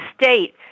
state